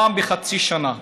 פעם בחצי שנה.